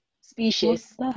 Species